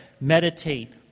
meditate